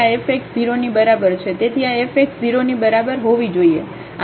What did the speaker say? તેથી આ fx 0 ની બરાબર હોવી જોઈએ આપણે જોયું છે કે fy 0 ની બરાબર હોવી જોઈએ